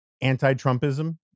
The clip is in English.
anti-Trumpism